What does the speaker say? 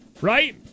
Right